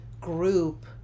group